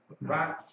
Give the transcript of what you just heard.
right